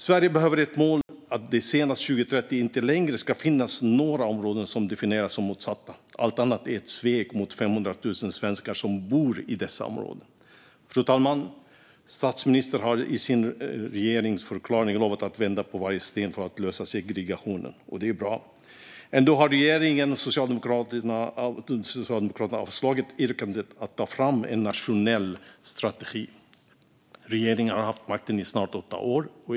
Sverige behöver ha som mål att det senast 2030 inte längre ska finnas några områden som definieras som utsatta. Allt annat är ett svek mot de 500 000 svenskar som bor i dessa områden. Fru talman! Statsministern har i sin regeringsförklaring lovat att vända på varje sten för att lösa segregationen. Det är bra. Ändå har regeringen och Socialdemokraterna avslagit yrkandet om att ta fram en nationell strategi. Regeringen har haft makten i snart åtta år.